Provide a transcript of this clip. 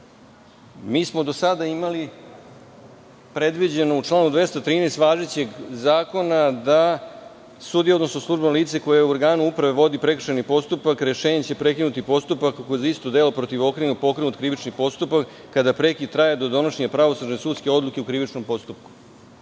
smo do sada imali predviđeno u članu 213. važećeg zakona, da sudije odnosno služba, lice koje je u organu uprave, vodi prekršajni postupak. Rešenje će prekinuti postupak ako je za isto delo protiv okrivljenog pokrenut krivični postupak, kada prekid traje do donošenja pravosnažne sudske odluke u krivičnom postupku. Mislim